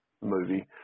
movie